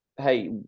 hey